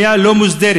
היא בנייה לא מוסדרת,